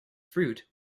fruit